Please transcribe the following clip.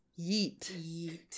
yeet